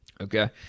Okay